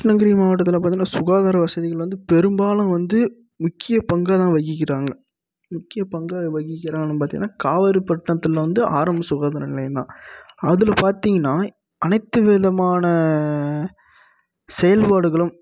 கிருஷ்ணகிரி மாவட்டத்தில் பார்த்திங்கனா சுகாதார வசதிகள் வந்து பெரும்பாலும் வந்து முக்கிய பங்காக தான் வகிக்கிறாங்க முக்கிய பங்கு வகிக்கிறாங்கன்னு பார்த்திங்கனா காவேரிபட்னத்தில் வந்து ஆரம்ப சுகாதார நிலையம்தான் அதில் பார்த்திங்கனா அனைத்து விதமான செயல்பாடுகளும்